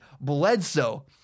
Bledsoe